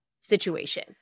situation